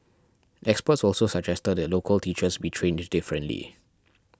experts also suggested that local teachers be trained differently